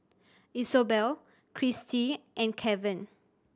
Isobel Christie and Keven